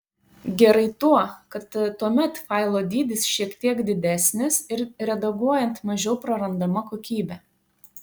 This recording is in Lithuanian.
gerai tuo kad tuomet failo dydis šiek tiek didesnis ir redaguojant mažiau prarandama kokybė